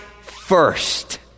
first